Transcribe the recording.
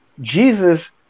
Jesus